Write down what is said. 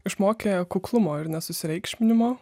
išmokė kuklumo ir nesusireikšminimo